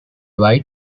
white